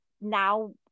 now